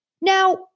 Now